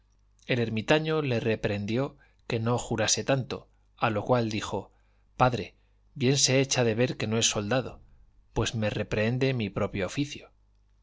dios el ermitaño le reprehendió que no jurase tanto a lo cual dijo padre bien se echa de ver que no es soldado pues me reprehende mi propio oficio